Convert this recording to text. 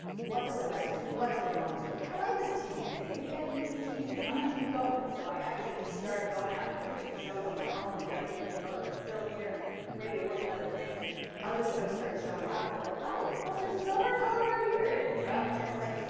what do i like to do? what do i want to do? i kind of like this tv thing. maybe i can do this tv thing. i'm going to keep going. so i actually just started going out and pitching shows on my own, and letting people know that i'm still here, and i'm ready to work on other things. and other shows started showing up. they're like, oh, mythbusters is over? come over here. yeah and travel channel's like,